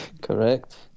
Correct